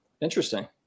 Interesting